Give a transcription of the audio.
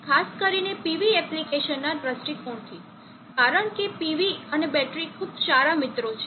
ખાસ કરીને PV એપ્લીકેશનના દૃષ્ટિકોણથી કારણ કે PV અને બેટરી ખૂબ સારા મિત્રો છે